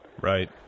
Right